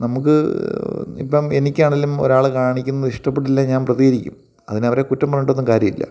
നമുക്ക് ഇപ്പം എനിക്ക് ആണേലും ഒരാൾ കാണിക്കുന്നത് ഇഷ്ടപ്പെട്ടില്ലെ ഞാൻ പ്രതികരിക്കും അതിന് അവരെ കുറ്റം പറഞ്ഞിട്ടൊന്നും കാര്യമില്ല